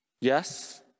Yes